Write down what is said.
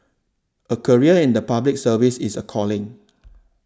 a career in the Public Service is a calling